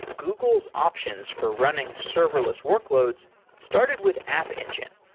google's options for running serverless workloads started with app engine.